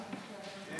שנדע מה זה אומר קודם.